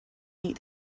meet